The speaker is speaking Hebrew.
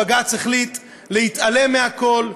בג"ץ החליט להתעלם מהכול,